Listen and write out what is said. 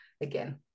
again